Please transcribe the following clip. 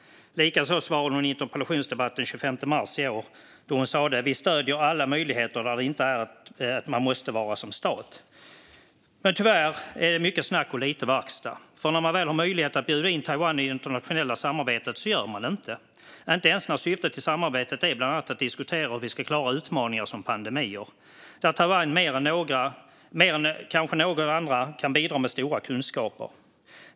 Likaså svarade hon i en interpellationsdebatt den 25 mars i år följande: "Vi stöder alla möjligheter där man inte måste delta som stat." Tyvärr är det dock mycket snack och lite verkstad. När man väl har möjlighet att bjuda in Taiwan i det internationella samarbetet gör man inte det, inte ens när syftet till samarbetet är att bland annat diskutera hur vi ska klara utmaningar som pandemier. Där hade Taiwan, kanske mer än någon annan, kunnat bidra med stora kunskaper.